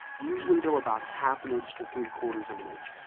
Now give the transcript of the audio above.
usually though about half an inch to three quarters of an inch.